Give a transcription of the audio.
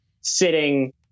sitting